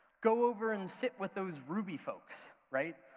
go over and sit with those ruby folks, right?